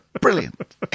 Brilliant